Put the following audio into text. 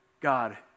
God